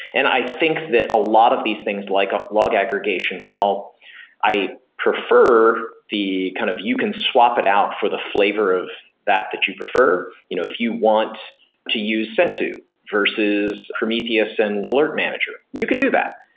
and i think that a lot of these things like a log aggregation, while i prefer the kind of you can swap it out for the flavor of that that you prefer, you know if you want to use sensu, versus prometheus and alert manager, you can do that.